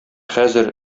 хәзер